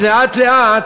כי לאט-לאט